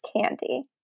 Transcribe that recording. candy